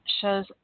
show's